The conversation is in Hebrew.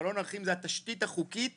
מלון אורחים זו התשתית החוקית